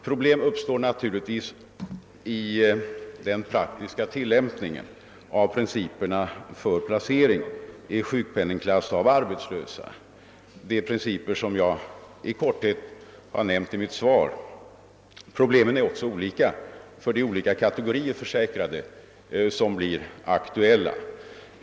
Problem uppstår naturligtvis i den praktiska tillämpningen av principerna för placering i sjukpenningklass av arbetslösa, de principer som jag i korthet har nämnt i mitt svar. Problemen är olika för de olika kategorier försäkrade som blir aktuella.